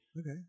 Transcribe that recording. Okay